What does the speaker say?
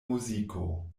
muziko